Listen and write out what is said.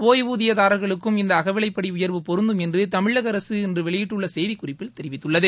ஒய்வூதியதாரர்களுக்கும் இந்த அகவிலைப்படி உயர்வு பொருந்தும் என்று தமிழக அரசு இன்று வெளியிட்டுள்ள செய்திக் குறிப்பில் தெரிவித்துள்ளது